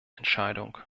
entscheidung